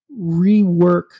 rework